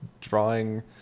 drawing